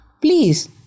please